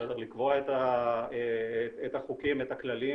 לקבוע את החוקים ואת הכללים